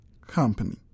Company